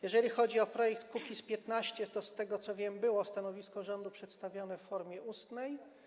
Jeżeli chodzi o projekt Kukiz’15, to z tego, co wiem, było stanowisko rządu przedstawione w formie ustnej.